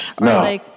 No